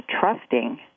Trusting